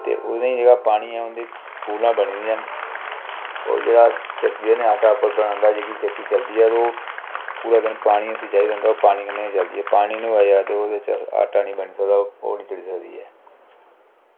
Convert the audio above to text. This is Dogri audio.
ते उ'नें ई जेह्का पानी ऐ उं'दे ई कूह्लां बनी दियां न होर जेह्ड़ा चक्की नै आटा बनांदा ते ओह् चक्की चलदी ऐ पूरा दिन उसी पानी चाहिदा होंदा उसी पानी कन्नै चलदी ऐ पानी निं होऐ जेकर ते ओह्दे च आटा निं बनी सकदा ओह् निं चली सकदी ऐ